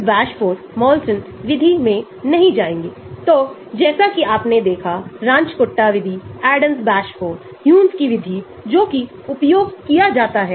तो हमारे पास H Me OMe Pi और MR हैं जैसा कि आप देख सकते हैं कि उनमें से कुछ का मूल्यों में कोई संबंध नहीं है